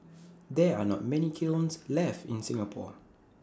there are not many kilns left in Singapore